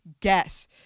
guess